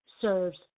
serves